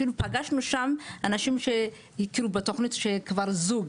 אפילו פגשנו שם אנשים שהכירו בתוכנית שכבר זוג.